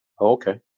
Okay